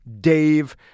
Dave